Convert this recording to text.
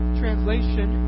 translation